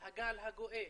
הגל הגואה.